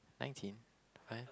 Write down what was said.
nineteen